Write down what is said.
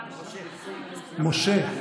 משה,